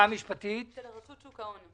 המשפטית של רשות שוק ההון.